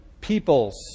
peoples